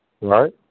right